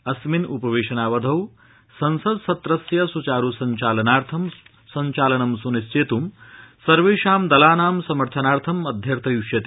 अस्मिन् उपवध्मावधौ संसत्सत्रस्य सुचारू संचालन सुनिश्चर्त सर्वेषा दलाना समर्थनार्थम् अध्यर्थयिष्यति